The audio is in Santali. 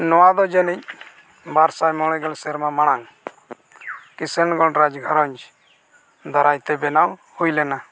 ᱱᱚᱣᱟᱫᱚ ᱡᱟᱹᱱᱤᱡ ᱵᱟᱨ ᱥᱟᱭ ᱢᱚᱬᱮ ᱜᱮᱞ ᱥᱮᱨᱢᱟ ᱢᱟᱲᱟᱝ ᱠᱤᱥᱟᱱᱜᱚᱲ ᱨᱟᱡᱽ ᱜᱷᱟᱨᱚᱸᱡᱽ ᱫᱟᱨᱟᱭᱛᱮ ᱵᱮᱱᱟᱣ ᱦᱩᱭ ᱞᱮᱱᱟ